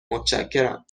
متشکرم